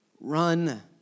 Run